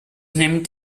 named